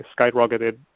skyrocketed